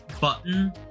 button